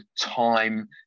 time